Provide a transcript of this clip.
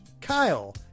Kyle